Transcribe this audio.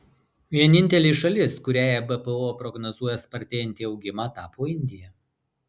vienintelė šalis kuriai ebpo prognozuoja spartėjantį augimą tapo indija